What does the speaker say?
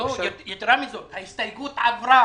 לבטיחות בענף הבנייה והמאבק בתאונות עבודה.